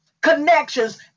connections